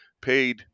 paid